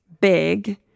big